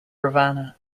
ravana